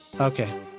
okay